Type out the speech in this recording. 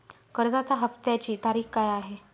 कर्जाचा हफ्त्याची तारीख काय आहे?